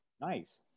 Nice